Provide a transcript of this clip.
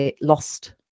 lost